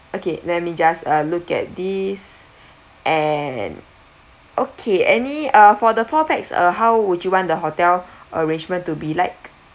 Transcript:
okay let me just uh look at this and okay any uh for the four pax uh how would you want the hotel arrangement to be like